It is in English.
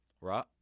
Right